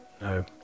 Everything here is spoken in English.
no